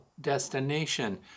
destination